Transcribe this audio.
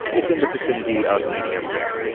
it's in the vicinity of medium rare.